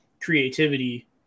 creativity